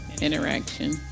interaction